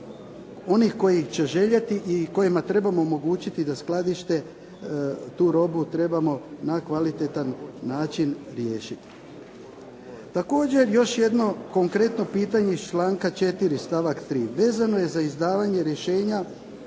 onih koji će željeti i kojima trebamo omogućiti da skladište, tu robu trebamo na kvalitetan način riješiti. Također još jedno konkretno pitanje iz članka 4. stavak 3. vezano je za izdavanje rješenja